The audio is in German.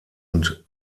und